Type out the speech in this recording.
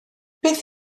beth